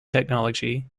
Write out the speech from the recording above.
technology